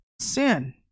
sin